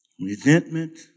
Resentment